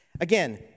Again